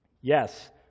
yes